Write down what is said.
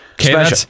Okay